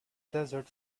desert